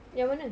yang mana